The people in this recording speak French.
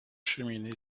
cheminée